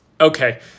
okay